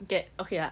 get okay lah